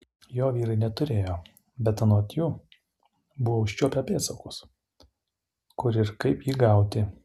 jo vyrai neturėjo bet anot jų buvo užčiuopę pėdsakus kur ir kaip jį gauti